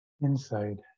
inside